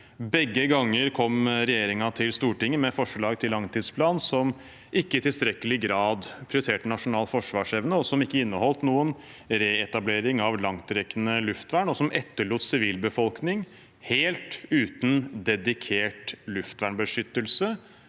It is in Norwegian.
Begge ganger kom regjeringen til Stortinget med et forslag til langtidsplan som ikke i tilstrekkelig grad prioriterte nasjonal forsvarsevne, som ikke inneholdt noen reetablering av langtrekkende luftvern, som etterlot sivilbefolkningen helt uten dedikert luftvernbeskyttelse,